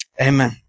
Amen